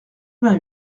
vingt